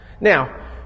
Now